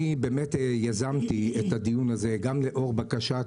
אני באמת יזמתי את הדיון הזה גם לאור בקשת